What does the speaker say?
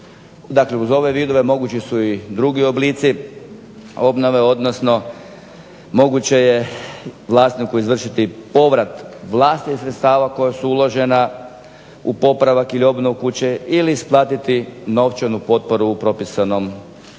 uz ove vidove mogući su i drugi oblici obnove, odnosno moguće je vlasniku izvršiti povrat vlastitih sredstava koja su uložena u popravak ili obnovu kuće ili isplatiti novčanu potporu u propisanom iznosu